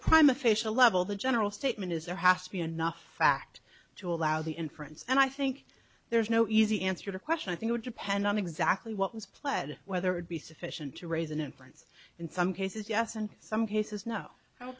prime official level the general statement is there has to be enough fact to allow the inference and i think there's no easy answer to question i think would depend on exactly what was pled whether it be sufficient to raise an inference in some cases yes in some cases no how